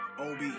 ob